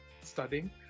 studying